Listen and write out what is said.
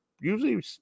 usually